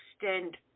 extend